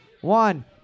one